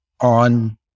on